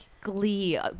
glee